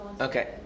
okay